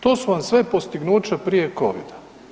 To su vam sve postignuća prije covida.